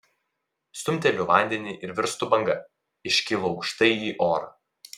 stumteliu vandenį ir virstu banga iškylu aukštai į orą